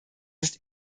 ist